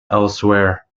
elsewhere